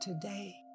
today